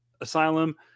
Asylum